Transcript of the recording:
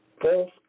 false